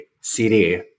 CD